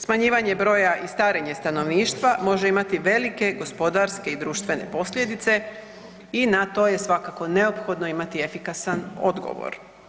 Smanjivanje broja i starenje stanovništva može imati velike gospodarske i društvene posljedice i na to je svakako neophodno imati efikasan odgovor.